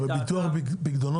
אבל ביטוח פקדונות,